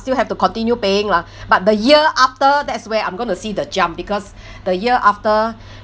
still have to continue paying lah but the year after that's where I'm going to see the jump because the year after